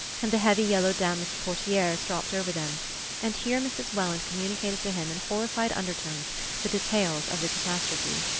and the heavy yellow damask portieres dropped over them and here mrs. welland communicated to him in horrified undertones the details of the catastrophe.